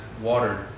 Water